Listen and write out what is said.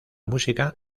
música